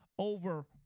Over